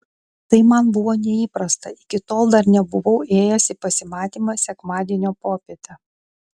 tai man buvo neįprasta iki tol dar nebuvau ėjęs į pasimatymą sekmadienio popietę